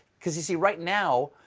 because you see, right now,